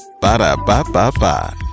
Ba-da-ba-ba-ba